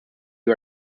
you